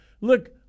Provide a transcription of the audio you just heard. Look